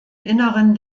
inneren